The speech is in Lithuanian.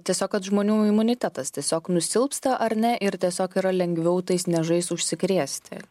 tiesiog kad žmonių imunitetas tiesiog nusilpsta ar ne ir tiesiog yra lengviau tais nežais užsikrėsti